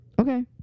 okay